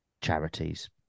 charities